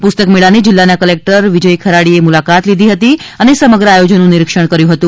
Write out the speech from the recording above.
પુસ્તક મેળાની જિલ્લાના કલેક્ટર શ્રી વિજય ખરાડીએ ણ મુલાકાત લીધી હતી અને સમગ્ર આયોજનનું નિરીક્ષણ કર્યુ હતું